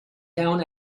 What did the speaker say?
down